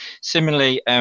Similarly